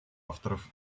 авторов